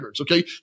Okay